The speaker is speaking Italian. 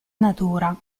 natura